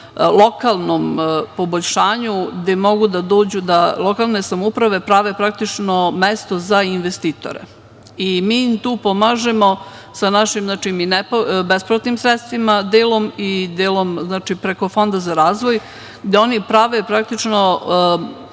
lokalnom poboljšanju gde mogu lokalne samouprave da dođu i da prave praktično mesto za investitore. Mi im tu pomažemo sa našim besplatnim sredstvima, delom, i delom preko Fonda za razvoj gde oni prave, praktično,